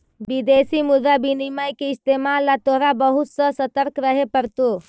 विदेशी मुद्रा विनिमय के इस्तेमाल ला तोहरा बहुत ससतर्क रहे पड़तो